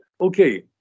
okay